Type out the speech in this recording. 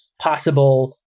possible